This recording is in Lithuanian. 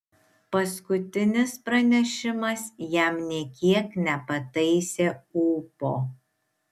paskutinis pranešimas jam nė kiek nepataisė ūpo